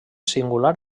singular